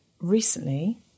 recently